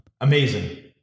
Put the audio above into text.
Amazing